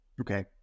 Okay